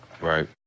Right